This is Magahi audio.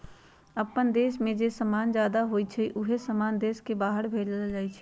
अप्पन देश में जे समान जादा होई छई उहे समान देश के बाहर भेजल जाई छई